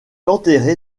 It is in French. enterré